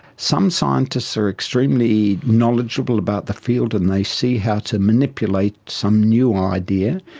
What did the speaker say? some scientists are extremely knowledgeable about the field and they see how to manipulate some new idea.